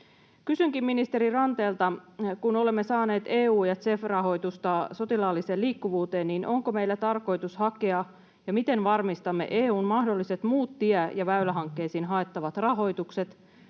Kysynkin ministeri Ranteelta: kun olemme saaneet EU- ja CEF-rahoitusta sotilaalliseen liikkuvuuteen, onko meidän tarkoitus hakea ja miten varmistamme EU:n mahdolliset muut tie- ja väylähankkeisiin haettavat rahoitukset,